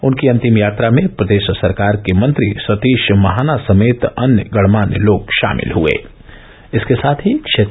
उनकी अंतिम यात्रा में प्रदेश सरकार के मंत्री सतीश महाना समेत अन्य गणमान्य लोग शामिल हुये